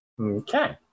Okay